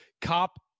Cop